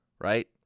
Right